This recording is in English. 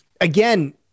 again